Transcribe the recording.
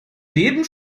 leben